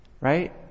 right